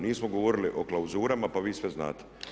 Nismo govorili o klauzurama, pa vi sve znate.